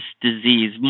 disease